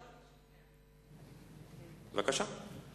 בבקשה.